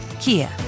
Kia